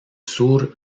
sur